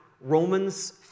Romans